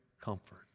comfort